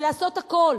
ולעשות הכול